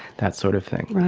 that sort of thing. right.